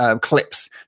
clips